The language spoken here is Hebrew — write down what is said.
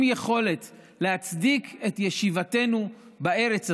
יכולת להצדיק את ישיבתנו בארץ הזאת.